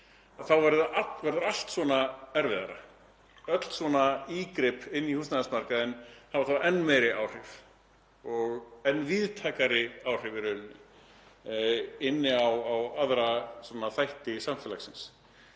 þá verður allt svona erfiðara, öll svona inngrip á húsnæðismarkaðinn hafa þá enn meiri áhrif og enn víðtækari áhrif í rauninni á aðra þætti samfélagsins.